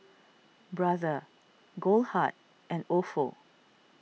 Brother Goldheart and Ofo